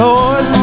Lord